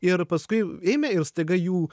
ir paskui ėmė ir staiga jų